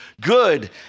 good